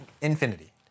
infinity